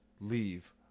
leave